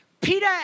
Peter